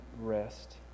rest